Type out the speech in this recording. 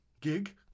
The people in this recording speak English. gig